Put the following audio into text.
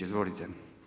Izvolite.